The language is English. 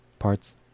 Parts